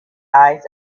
eyes